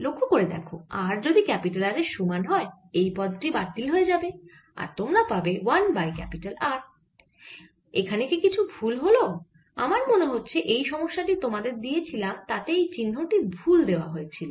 লক্ষ্য করে দেখো r যদি R এর সমান হয় এই পদ টি বাতিল হয়ে যাবে আর তোমরা পাবে 1 বাই R এখানে কি কিছু ভুল হল আমার মনে হচ্ছে যেই সমস্যা টি তোমাদের দিয়েছিলাম তাতে এই চিহ্ন টি ভুল দেওয়া হয়েছিল